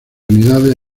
unidades